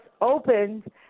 opened